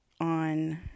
on